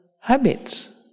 habits